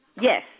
Yes